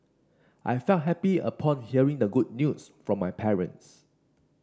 I felt happy upon hearing the good news from my parents